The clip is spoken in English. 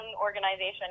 organization